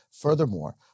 Furthermore